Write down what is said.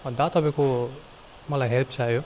दा तपाईँको मलाई हेल्प चाहियो